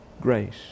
grace